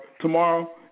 tomorrow